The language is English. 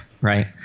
right